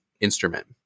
instrument